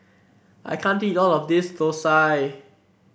I can't eat all of this thosai